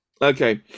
Okay